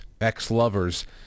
ex-lovers